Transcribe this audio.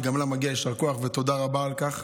וגם לה מגיע יישר כוח ותודה רבה על כך.